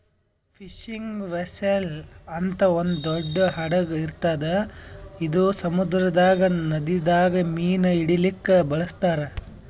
fishing vessel ಅಂತ್ ಒಂದ್ ದೊಡ್ಡ್ ಹಡಗ್ ಇರ್ತದ್ ಇದು ಸಮುದ್ರದಾಗ್ ನದಿದಾಗ್ ಮೀನ್ ಹಿಡಿಲಿಕ್ಕ್ ಬಳಸ್ತಾರ್